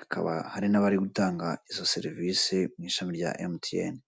hakaba hari n'abari gutanga izo serivise mu ishami rya emutiyene.